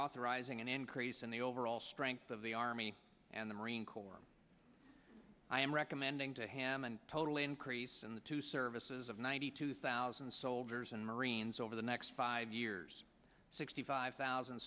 authorizing an increase in the overall strength of the army and the marine corps i am recommending to ham and total increase in the two services of ninety two thousand soldiers and marines over the next five years sixty five thousand